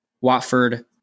Watford